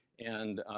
and,